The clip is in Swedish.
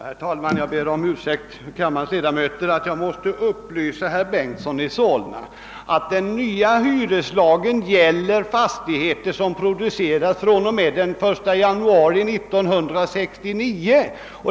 Herr talman! Jag ber kammarens ledamöter om ursäkt för att jag måste ta tid i anspråk för att upplysa herr Bengtson i Solna om att den nya hyreslagen gäller = fastigheter som =:produceras fr.o.m. den 1 januari 1969.